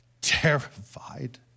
terrified